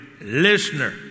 listener